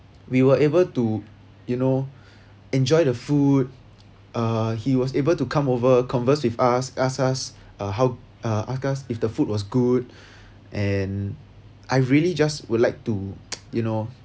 we were able to you know enjoy the food uh he was able to come over converse with us ask us uh how uh ask us if the food was good and I really just would like to you know